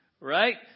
right